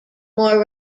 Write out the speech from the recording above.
more